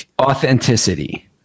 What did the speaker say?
Authenticity